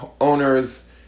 owners